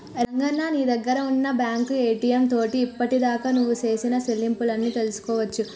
రంగన్న నీ దగ్గర ఉన్న బ్యాంకు ఏటీఎం తోటి ఇప్పటిదాకా నువ్వు సేసిన సెల్లింపులు అన్ని తెలుసుకోవచ్చు